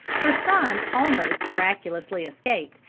her son almost miraculously escaped,